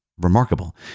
remarkable